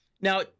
Now